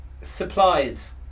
supplies